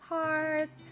Heart